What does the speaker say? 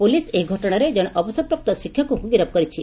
police ଏହି ଘଟଣାରେ ଜଣେ ଅବସରପ୍ରାପ୍ତ ଶିକ୍ଷକଙ୍କୁ ଗିରଫ କରିଛି